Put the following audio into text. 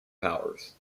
powers